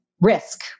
risk